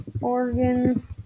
Oregon